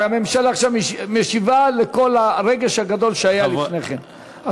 הממשלה עכשיו משיבה על כל הרגש הגדול שהיה לפני כן,